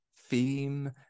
theme